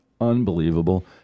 unbelievable